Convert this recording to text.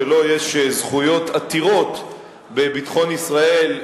שיש לו זכויות עתירות בביטחון ישראל,